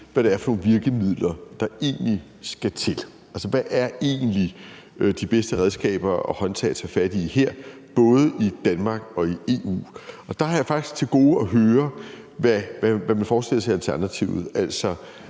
hvad det er for nogle virkemidler, der egentlig skal til, altså hvad der egentlig er de bedste redskaber og håndtag at tage fat i her, både i Danmark og i EU. Og der har jeg faktisk til gode at høre, hvad man forestiller sig i Alternativet,